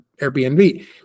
Airbnb